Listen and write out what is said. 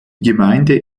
gemeinde